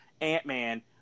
Ant-Man